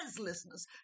listeners